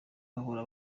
bahora